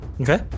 Okay